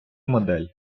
модель